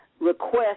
request